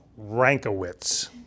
Rankowitz